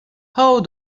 how